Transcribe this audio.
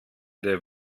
der